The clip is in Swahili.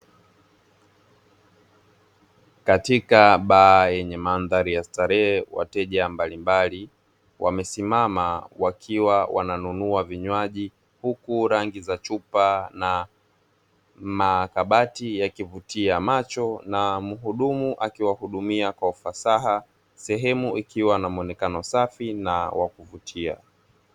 Katika baa yenye mandhari ya starehe, wateja mbalimbali wamesimama wakiwa wananunua vinywaji, huku rangi za chupa na makabati yakivutia macho na mhudumu akiwahudumia kwa ufasaha. Sehemu ikiwa na muonekano safi na wa kuvutia.